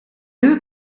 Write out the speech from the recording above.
nieuwe